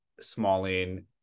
smalling